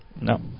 No